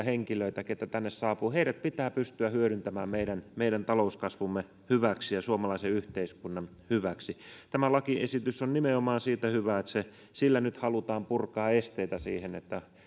henkilöitä keitä tänne saapuu pitää pystyä hyödyntämään meidän meidän talouskasvumme hyväksi ja suomalaisen yhteiskunnan hyväksi tämä lakiesitys on nimenomaan siitä hyvä että sillä nyt halutaan purkaa esteitä sille